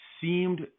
seemed